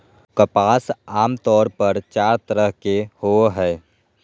कपास आमतौर पर चार तरह के होवो हय